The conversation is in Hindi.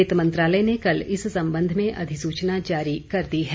वित्त मंत्रालय ने कल इस संबंध में अधिसूचना जारी कर दी है